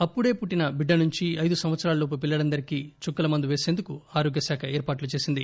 అప్పుడే పుట్టిన బిడ్డ నుంచి అయిదేళ్ళ లోపు పిల్లలందరికీ చుక్కల మందు పేసందుకు ఆరోగ్యశాఖ ఏర్పాట్లు చేసింది